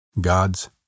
God's